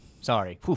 Sorry